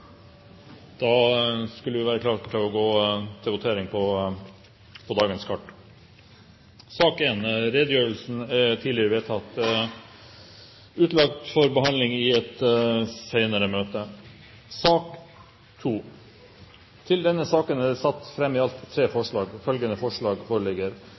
Da skal vi gå til votering. Sak nr. 1, utenriksministerens redegjørelse om viktige EU- og EØS-saker, er allerede vedtatt utlagt for behandling i et senere møte. Under debatten er det satt fram i alt tre forslag.